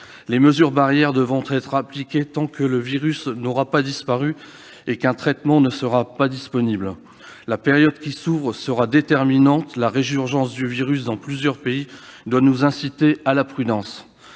Les mesures barrières devront être appliquées tant que le virus n'aura pas disparu et qu'un traitement ne sera pas disponible. La période qui s'ouvre sera déterminante. La résurgence du virus dans plusieurs pays doit nous inciter à la prudence